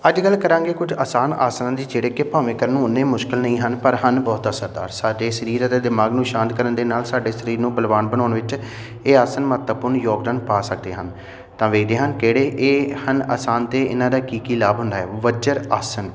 ਅੱਜ ਗੱਲ ਕਰਾਂਗੇ ਕੁਝ ਆਸਾਨ ਆਸਨਾਂ ਦੀ ਜਿਹੜੇ ਕਿ ਭਾਵੇਂ ਕਰਨ ਨੂੰ ਉਨੇ ਮੁਸ਼ਕਿਲ ਨਹੀਂ ਹਨ ਪਰ ਹਨ ਬਹੁਤ ਅਸਰਦਾਰ ਸਾਡੇ ਸਰੀਰ ਅਤੇ ਦਿਮਾਗ ਨੂੰ ਸ਼ਾਂਤ ਕਰਨ ਦੇ ਨਾਲ ਸਾਡੇ ਸਰੀਰ ਨੂੰ ਬਲਵਾਨ ਬਣਾਉਣ ਵਿੱਚ ਇਹ ਆਸਨ ਮਹੱਤਵਪੂਰਨ ਯੋਗਦਾਨ ਪਾ ਸਕਦੇ ਹਨ ਤਾਂ ਵੇਖਦੇ ਹਨ ਕਿਹੜੇ ਇਹ ਹਨ ਆਸਨ ਅਤੇ ਇਹਨਾਂ ਦਾ ਕੀ ਕੀ ਲਾਭ ਹੁੰਦਾ ਹੈ ਵਜਰ ਆਸਨ